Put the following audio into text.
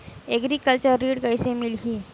Agriculture ऋण कइसे मिलही?